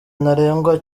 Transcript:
ntarengwa